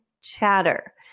chatter